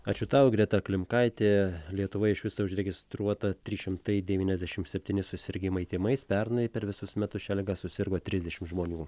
ačiū tau greta klimkaitė lietuvoje iš viso užregistruota trys šimtai devyniasdešim septyni susirgimai tymais pernai per visus metus šia liga susirgo trisdešim žmonių